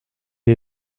est